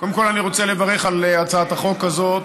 קודם כול, אני רוצה לברך על הצעת החוק הזאת,